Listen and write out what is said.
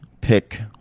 pick